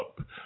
up